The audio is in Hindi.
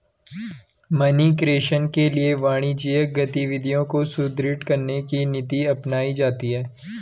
मनी क्रिएशन के लिए वाणिज्यिक गतिविधियों को सुदृढ़ करने की नीति अपनाई जाती है